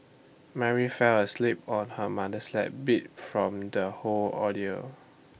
Mary fell asleep on her mother's lap beat from the whole ordeal